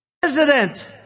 President